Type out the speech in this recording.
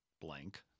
blank